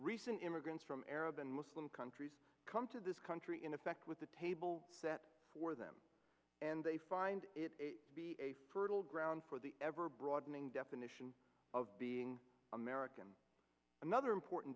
recent immigrants from arab and muslim countries come to this country in effect with a table set for them and they find it be a fertile ground for the ever broadening definition of being american another important